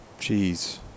Jeez